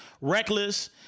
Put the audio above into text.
reckless